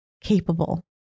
capable